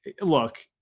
Look –